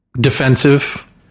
defensive